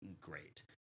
great